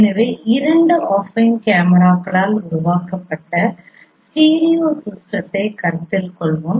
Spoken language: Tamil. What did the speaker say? எனவே இரண்டு அஃபைன் கேமராக்களால் உருவாக்கப்பட்ட ஸ்டீரியோ சிஸ்டத்தை கருத்தில் கொள்வோம்